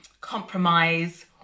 compromise